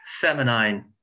feminine